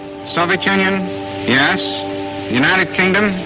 soviet union yes united kingdom,